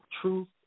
truth